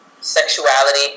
sexuality